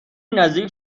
نزدیک